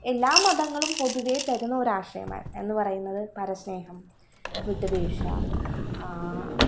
എല്ലാ മതങ്ങളും പൊതുവെ തരുന്ന ഒരാശയമാണ് എന്ന് പറയുന്നത് പരസ്നേഹം വിട്ടു വീഴ്ച്